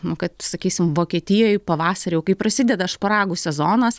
nu kad sakysim vokietijoj pavasarį jau kai prasideda šparagų sezonas